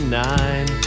nine